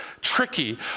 tricky